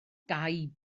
gaib